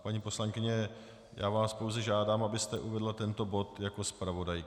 Paní poslankyně, já vás pouze žádám, abyste uvedla tento bod jako zpravodajka.